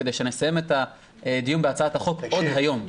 כדי שנסיים את הדיון בהצעת החוק עוד היום.